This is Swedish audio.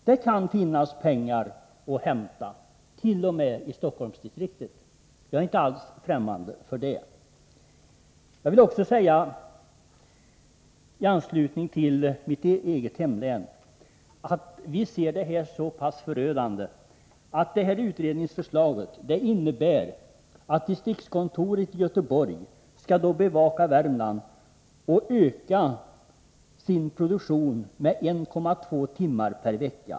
Det kan finnas pengar att hämta t.o.m. i Stockholmsdistriktet. Jag är inte alls fftämmande för den tanken. Jag vill också säga om mitt eget hemlän, att vi uppfattar att utredningsförslaget är förödande. Det kommer att innebära att distriktskontoret i Göteborg skall bevaka Värmland genom att öka sin produktion med 1,2 timmar per vecka.